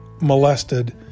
molested